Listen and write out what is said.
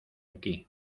aquí